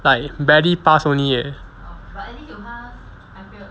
like barely pass only leh